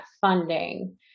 funding